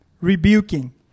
rebuking